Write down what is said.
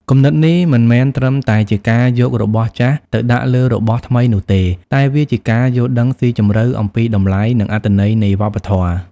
គំនិតនេះមិនមែនត្រឹមតែជាការយករបស់ចាស់ទៅដាក់លើរបស់ថ្មីនោះទេ តែវាជាការយល់ដឹងស៊ីជម្រៅអំពីតម្លៃ និងអត្ថន័យនៃវប្បធម៌។